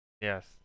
Yes